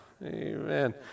Amen